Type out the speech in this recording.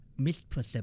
misperception